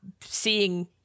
seeing